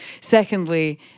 secondly